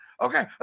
Okay